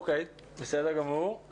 טוב מאוד.